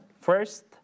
First